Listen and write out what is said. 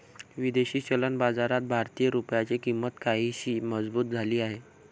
विदेशी चलन बाजारात भारतीय रुपयाची किंमत काहीशी मजबूत झाली आहे